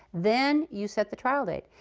then you set the trial date.